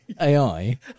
AI